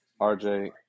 RJ